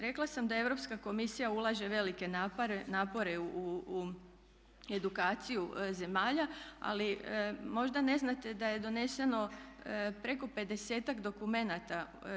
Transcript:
Rekla sam da Europska komisija ulaže velike napore u edukaciju zemalja, ali možda ne znate da je doneseno preko pedesetak dokumenata.